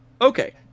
Okay